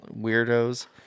weirdos